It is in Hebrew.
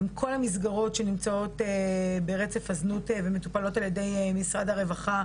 עם כל המסגרות שנמצאות ברצף הזנות ומטופלות על ידי משרד הרווחה,